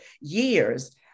years